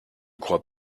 crois